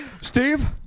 Steve